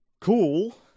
cool